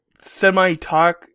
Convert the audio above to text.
semi-talk